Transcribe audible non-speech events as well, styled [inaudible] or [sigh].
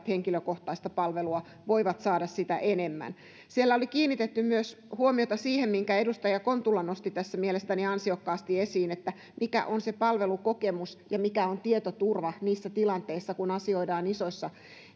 [unintelligible] henkilökohtaista palvelua voivat saada sitä enemmän siellä oli kiinnitetty huomiota myös siihen minkä edustaja kontula nosti tässä mielestäni ansiokkaasti esiin mikä on se palvelukokemus ja mikä on tietoturva niissä tilanteissa kun asioidaan isoissa